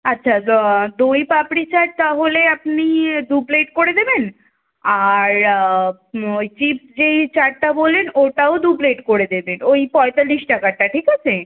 আচ্ছা দই পাপড়ি চাট তাহলে আপনি দু প্লেট করে দেবেন আর ওই চিপস যেই চাটটা বললেন ওটাও দু প্লেট করে দেবেন ওই পঁয়তাল্লিশ টাকারটা ঠিক আছে